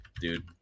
dude